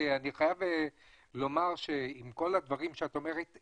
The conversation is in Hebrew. אני חייב לומר שעם כל הדברים שאת אומרת,